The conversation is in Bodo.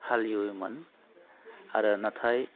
हालेवोमोन आरो नाथाय